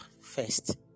first